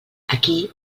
aquí